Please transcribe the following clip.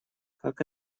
как